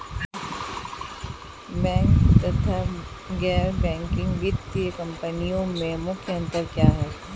Bank तथा गैर banking वित्तीय कंपनियों में मुख्य अंतर क्या है?